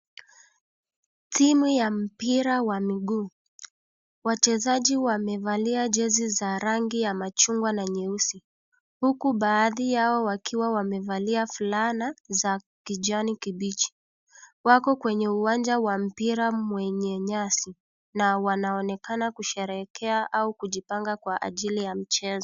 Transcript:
Timu ya mpira wa mguu. Wachezaji wamevalia jezi za rangi ya machungwa na nyeusi huku baadhi yao wakiwa wamevalia fulana za kijani kibichi. Wako kwa uwanja wa mpira wenye nyasi na wanaonekana kusherehekea au kujipanga kwa ajili ya mchezo.